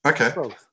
Okay